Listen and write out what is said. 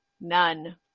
None